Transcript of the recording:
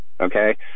Okay